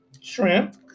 shrimp